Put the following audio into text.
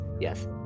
Yes